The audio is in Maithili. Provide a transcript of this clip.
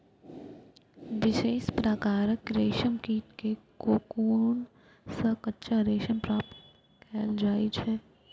विशेष प्रकारक रेशम कीट के कोकुन सं कच्चा रेशम प्राप्त कैल जाइ छै